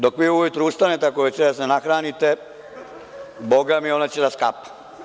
Dok vi ujutru ustanete, ako je večeras ne nahranite, bogami, ona će da skapa.